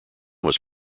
was